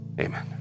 Amen